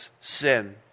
sin